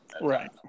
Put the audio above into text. Right